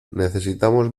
necesitamos